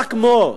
חזק מאוד,